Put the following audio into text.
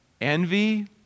envy